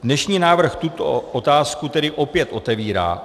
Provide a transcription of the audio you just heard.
Dnešní návrh tuto otázku tedy opět otevírá.